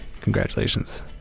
Congratulations